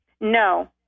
No